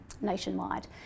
nationwide